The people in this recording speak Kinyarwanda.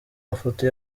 mafoto